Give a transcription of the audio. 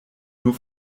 nur